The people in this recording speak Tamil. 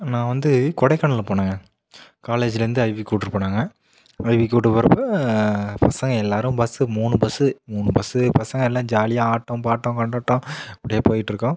நான் வந்து கொடைக்கானல் போனேன் காலேஜ்லேருந்து ஐவி கூட்டிகிட்டு போனாங்க ஐவி கூட்டு போகிறப்ப பசங்க எல்லோரும் பஸ்ஸு மூணு பஸ்ஸு மூணு பஸ்ஸு பசங்க எல்லாம் ஜாலியாக ஆட்டம் பாட்டம் கொண்டாட்டம் இ ப்படியே போயிட்டுருக்கோம்